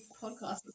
podcasts